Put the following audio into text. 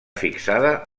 fixada